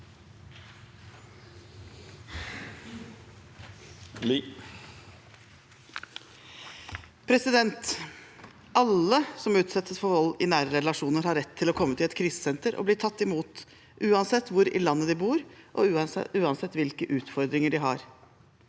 Alle som utsettes for vold i nære relasjoner, har rett til å komme til et krisesenter og bli tatt imot, uansett hvor i landet de bor, og uansett hvilke utfordringer de har.